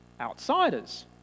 outsiders